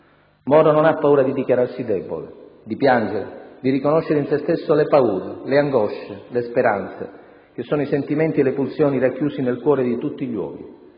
Moro non ha paura di dichiararsi debole, di piangere, di riconoscere in se stesso le paure, le angosce, le speranze, che sono i sentimenti e le pulsioni racchiusi nel cuore di tutti gli uomini.